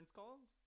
calls